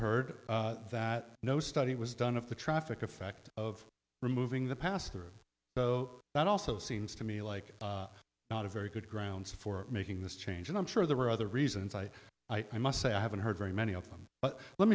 heard that no study was done of the traffic effect of removing the pastor though that also seems to me like not a very good grounds for making this change and i'm sure there are other reasons i i must say i haven't heard very many of them but let